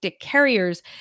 carriers